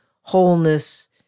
wholeness